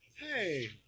Hey